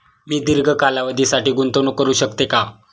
मी दीर्घ कालावधीसाठी गुंतवणूक करू शकते का?